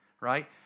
right